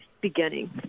beginning